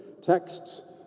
texts